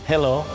Hello